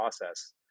process